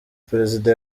perezida